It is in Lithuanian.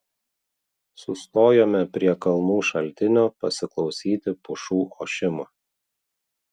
sustojome prie kalnų šaltinio pasiklausyti pušų ošimo